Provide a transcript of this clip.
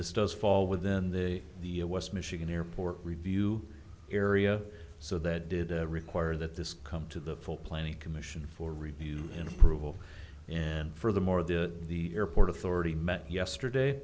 this does fall within the the west michigan airport review area so that did require that this come to the full planning commission for review and approval and furthermore the airport authority met yesterday